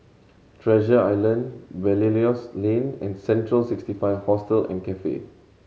Treasure Island Belilios Lane and Central Sixty Five Hostel and Cafe